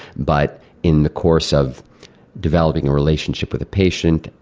but in the course of developing a relationship with a patient,